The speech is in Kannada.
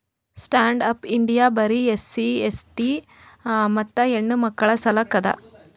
ಸ್ಟ್ಯಾಂಡ್ ಅಪ್ ಇಂಡಿಯಾ ಬರೆ ಎ.ಸಿ ಎ.ಸ್ಟಿ ಮತ್ತ ಹೆಣ್ಣಮಕ್ಕುಳ ಸಲಕ್ ಅದ